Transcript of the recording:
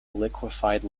liquefied